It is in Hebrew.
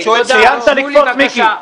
סיימת לצעוק, מיקי?